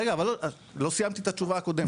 רגע, אבל עוד לא סיימתי את התשובה הקודמת.